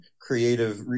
creative